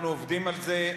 אנחנו עובדים על זה,